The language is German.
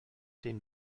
den